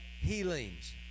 healings